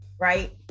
right